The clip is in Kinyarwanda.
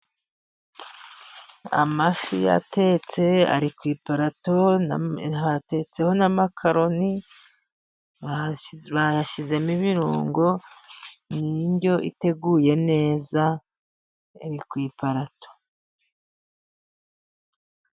Amafi yatetswe ari ku iparato, hatetseho n'amakaroni bayashyizemo ibirungo, ni indyo iteguye neza iri ku iparato.